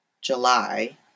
July